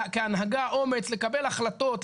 כהנהגה אומץ לקבל החלטות,